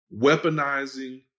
weaponizing